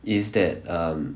is that um